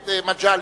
מגלי,